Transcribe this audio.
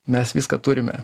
mes viską turime